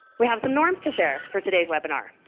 we have some norms to share for today's webinar.